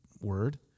word